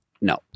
no